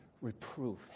reproof